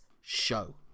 show